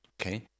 Okay